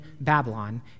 Babylon